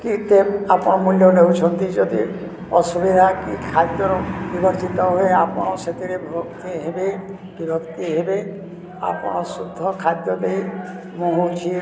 କେତେ ଆପଣ ମୂଲ୍ୟ ନେଉଛନ୍ତି ଯଦି ଅସୁବିଧା କି ଖାଦ୍ୟରୁ ବିବର୍ଚିତ ହୁଏ ଆପଣ ସେଥିରେ ଭକ୍ତି ହେବେ ବିଭକ୍ତି ହେବେ ଆପଣ ଶୁଦ୍ଧ ଖାଦ୍ୟ ଦେଇ ମୁଁ ହେଉଛିି